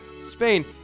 Spain